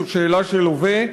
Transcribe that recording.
זו שאלה של הווה,